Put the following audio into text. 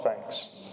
thanks